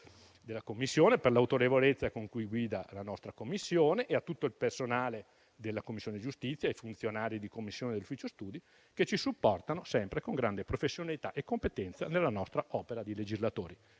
Bongiorno per l'autorevolezza con cui guida la nostra Commissione, a tutto il personale della Commissione giustizia, ai funzionari di Commissione e dell'Ufficio studi, che ci supportano sempre con grande professionalità e competenza nella nostra opera di legislatori.